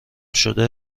زنگ